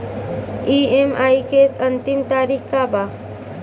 EMI के अंतिम तारीख का बा?